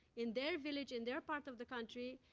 in their village, in their part of the country,